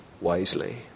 wisely